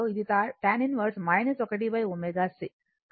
కాబట్టి θ ప్రతికూలంగా ఉంటుంది